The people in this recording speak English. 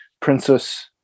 princess